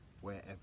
wherever